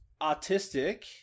autistic